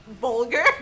vulgar